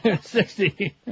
sixty